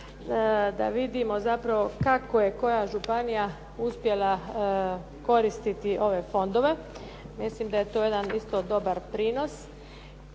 da vidimo zapravo kako je koja županija uspjela koristiti ove fondove. Mislim da je to jedan isto dobar prinos.